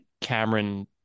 Cameron